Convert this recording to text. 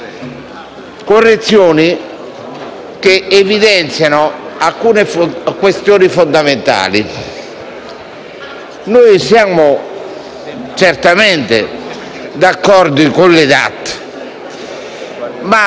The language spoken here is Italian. correzioni che evidenzino talune questioni fondamentali. Noi siamo certamente d'accordo con le DAT, ma